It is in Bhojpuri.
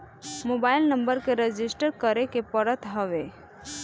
मोबाइल नंबर के रजिस्टर करे के पड़त हवे